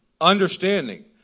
understanding